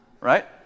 right